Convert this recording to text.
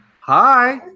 Hi